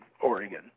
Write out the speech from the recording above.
Oregon